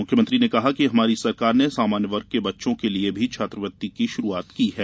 मुख्यमंत्री ने कहा कि हमारी सरकार ने सामान्य वर्ग के बच्चों के लिये भी छात्रवृत्ति की शुरूआत की है